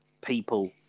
people